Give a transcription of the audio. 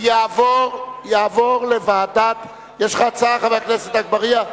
ותעבור לוועדת הפנים של הכנסת על מנת להכינה לקריאה ראשונה.